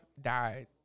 died